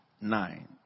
nine